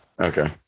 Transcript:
Okay